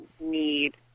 need